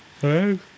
Hello